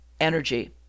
energy